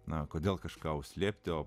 na kodėl kažką slėpti